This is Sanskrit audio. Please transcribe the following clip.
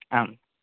आम्